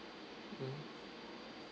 mmhmm